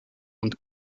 und